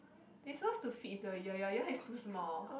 they supposed to fit into your ear your ear is too small